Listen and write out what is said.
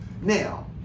Now